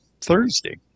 Thursday